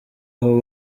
aho